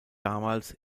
damals